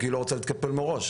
כי היא לא רוצה להתקפל מראש.